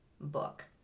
book